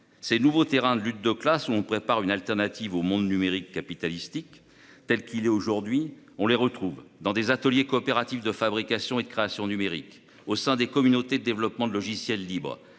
Ces nouveaux terrains de la lutte de classe, où l'on prépare une alternative au monde numérique capitalistique tel qu'il est conçu aujourd'hui, on les retrouve dans les ateliers coopératifs de fabrication et de création numériques, au sein des communautés de développement de logiciels libres,